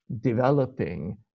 developing